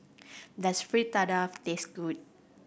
does Fritada taste good